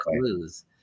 clues